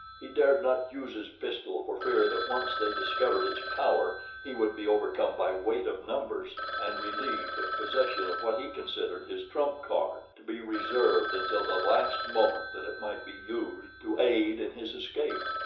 he dared not use his pistol for fear that once they discovered its power he would be overcome by weight of numbers and relieved of possession of what he considered his trump card, to be reserved until the last moment that it might be used to aid in his escape,